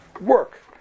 work